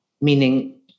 meaning